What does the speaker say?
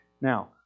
Now